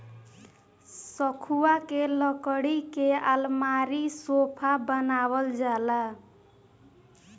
सखुआ के लकड़ी के अलमारी, सोफा बनावल जाला